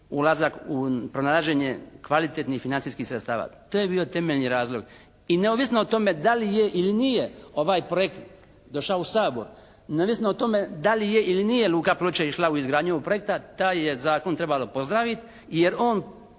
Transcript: ulazak u pronalaženje kvalitetnih financijskih sredstava. To je bio temeljni razlog. I neovisno o tome da li je ili nije ovaj projekt došao u Sabor, neovisno o tome da li je ili nije luka Ploče išle u izgradnju ovog projekta taj je zakon trebalo pozdraviti, jer on